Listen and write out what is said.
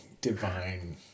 divine